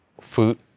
food